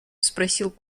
спросил